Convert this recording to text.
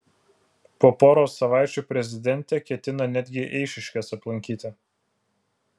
po poros savaičių prezidentė ketina netgi eišiškes aplankyti